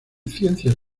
ciencias